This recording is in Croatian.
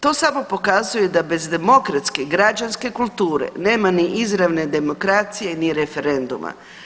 To samo pokazuje da bez demokratske i građanske kulture nema ni izravne demokracije ni referenduma.